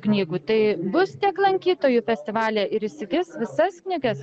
knygų tai bus tiek lankytojų festivalyje ir įsigis visas knygas